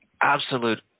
absolute